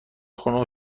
خون